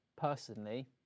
personally